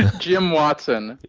jim watson.